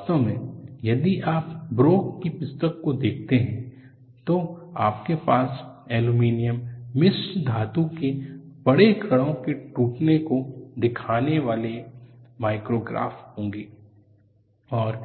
वास्तव में यदि आप ब्रोक की पुस्तक को देखते है तो आपके पास एल्यूमीनियम मिश्र धातु में बड़े कणों के टूटने को दिखाने वाले माइक्रोग्राफ होंगे और